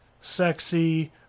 sexy